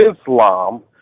Islam